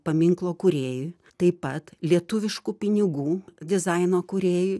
paminklo kūrėjui taip pat lietuviškų pinigų dizaino kūrėjui